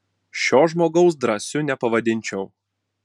šio žmogaus drąsiu nepavadinčiau